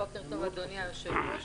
בוקר טוב אדוני היושב-ראש,